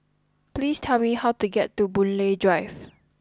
please tell me how to get to Boon Lay Drive